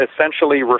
essentially